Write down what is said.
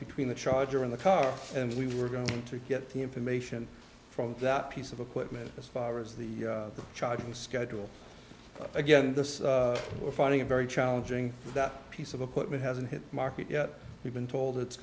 between the charger in the car and we were going to get the information from that piece of equipment as far as the charging schedule again this or finding it very challenging that piece of equipment hasn't hit the market yet we've been told it's